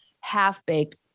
half-baked